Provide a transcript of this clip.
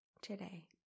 today